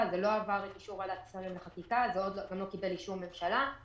זה לא עבר אישור ועדת שרים לחקיקה וגם לא קיבל אישור ממשלה.